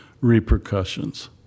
repercussions